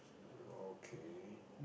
okay